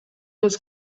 was